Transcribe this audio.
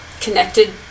connected